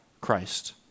Christ